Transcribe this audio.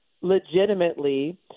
legitimately